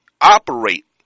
operate